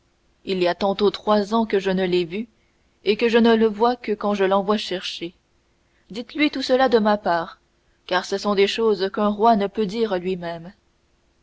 qu'il y a tantôt trois ans que je ne l'ai vu et que je ne le vois que quand je l'envoie chercher dites-lui tout cela de ma part car ce sont de ces choses qu'un roi ne peut dire lui-même